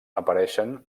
apareixen